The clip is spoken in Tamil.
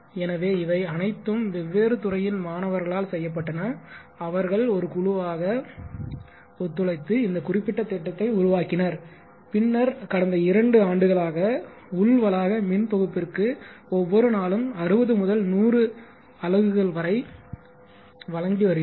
எனவே இவை அனைத்தும் வெவ்வேறு துறையின் மாணவர்களால் செய்யப்பட்டன அவர்கள் ஒரு குழுவாக ஒத்துழைத்து இந்த குறிப்பிட்ட திட்டத்தை உருவாக்கினர் பின்னர் கடந்த இரண்டு ஆண்டுகளாக உள் வளாக மின் தொகுப்பிற்கு ஒவ்வொரு நாளும் 60 முதல் 100 அலகுகள் வரை வழங்கி வருகிறது